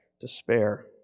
despair